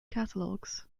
catalogues